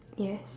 yes